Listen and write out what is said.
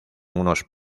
unos